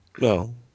No